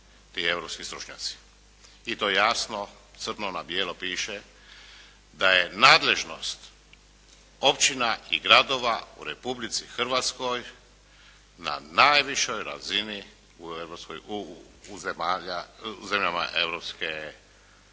I to jasno crno na bijelo piše da je nadležnost općina i gradova u Republici Hrvatskoj na najvišoj razini u zemljama Europe, da tako